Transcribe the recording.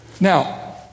Now